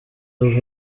over